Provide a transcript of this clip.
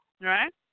right